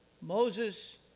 Moses